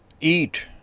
eat